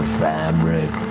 fabric